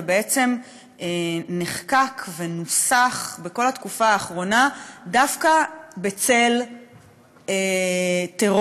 ובעצם נחקק ונוסח בכל התקופה האחרונה דווקא בצל טרור,